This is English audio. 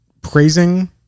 praising